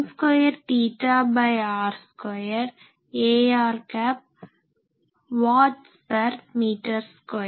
Sav 082I2sin2r2 ar Wm2